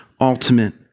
ultimate